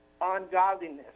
ungodliness